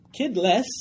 kidless